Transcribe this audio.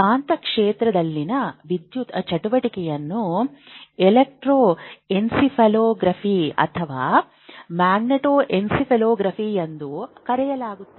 ಕಾಂತಕ್ಷೇತ್ರದಲ್ಲಿನ ವಿದ್ಯುತ್ ಚಟುವಟಿಕೆಯನ್ನು ಎಲೆಕ್ಟ್ರೋಎನ್ಸೆಫಾಲೋಗ್ರಾಫಿ ಅಥವಾ ಮ್ಯಾಗ್ನೆಟೋಎನ್ಸೆಫಾಲೋಗ್ರಾಫಿ ಎಂದು ಕರೆಯಲಾಗುತ್ತದೆ